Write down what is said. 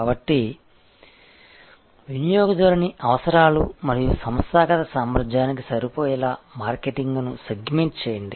కాబట్టి వినియోగదారుని అవసరాలు మరియు సంస్థాగత సామర్థ్యానికి సరిపోయేలా మార్కెట్ను సెగ్మెంట్ చేయండి